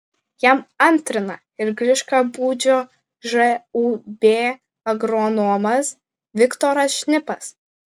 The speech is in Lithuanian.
jam antrina ir griškabūdžio žūb agronomas viktoras šnipas